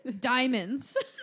diamonds